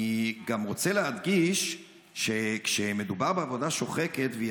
אני גם רוצה להדגיש שכשמדובר בעבודה שוחקת והיא